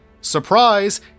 surprise